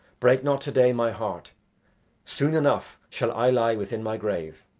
break not to-day, my heart soon enough shall i lie within my grave.